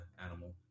animal